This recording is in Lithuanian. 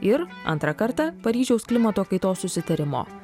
ir antrą kartą paryžiaus klimato kaitos susitarimo